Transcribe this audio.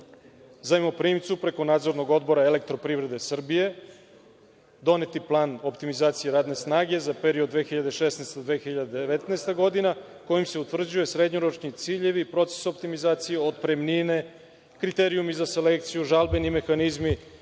zajmoprimcu preko nadzornog odbora Elektroprivrede Srbije doneti plan optimizacije radne snage za period 2016-2019. godina, kojim se utvrđuju srednjoročni ciljevi, proces optimizacije, otpremnine, kriterijumi za selekciju, žalbeni mehanizmi